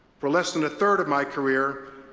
for less than a third of my career,